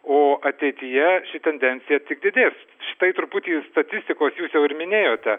o ateityje ši tendencija tik didės štai truputį statistikos jūs jau ir minėjote